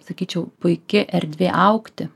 sakyčiau puiki erdvė augti